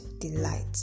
delight